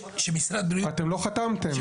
אתם לא חתמתם.